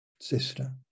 sister